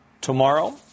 tomorrow